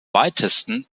weitesten